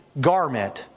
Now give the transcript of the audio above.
garment